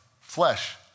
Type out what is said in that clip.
flesh